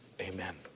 Amen